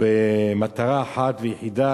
במטרה אחת ויחידה,